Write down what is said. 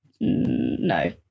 No